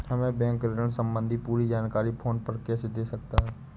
हमें बैंक ऋण संबंधी पूरी जानकारी फोन पर कैसे दे सकता है?